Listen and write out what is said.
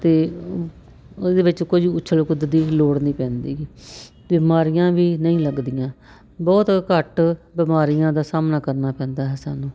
ਅਤੇ ਉਹਦੇ ਵਿੱਚ ਕੁਝ ਉਛਲ ਕੁੱਦ ਦੀ ਲੋੜ ਨਹੀਂ ਪੈਂਦੀ ਬਿਮਾਰੀਆਂ ਵੀ ਨਹੀਂ ਲੱਗਦੀਆਂ ਬਹੁਤ ਘੱਟ ਬਿਮਾਰੀਆਂ ਦਾ ਸਾਹਮਣਾ ਕਰਨਾ ਪੈਂਦਾ ਹੈ ਸਾਨੂੰ